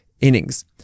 innings